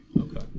Okay